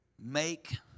Make